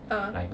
uh